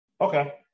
Okay